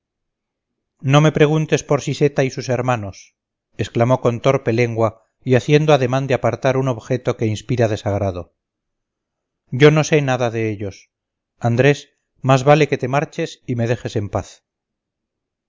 no me preguntes por siseta y sus hermanos exclamó con torpe lengua y haciendo ademán de apartar un objeto que inspira desagrado yo no sé nada de ellos andrés más vale que te marches y me dejes en paz